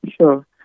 sure